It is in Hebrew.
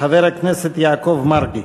חבר הכנסת יעקב מרגי.